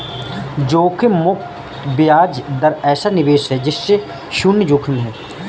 जोखिम मुक्त ब्याज दर ऐसा निवेश है जिसमें शुन्य जोखिम है